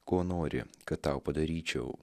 ko nori kad tau padaryčiau